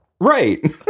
right